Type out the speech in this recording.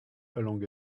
along